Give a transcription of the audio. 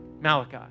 Malachi